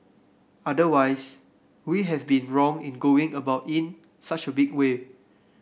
otherwise we have been wrong in going about in such a big way